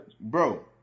bro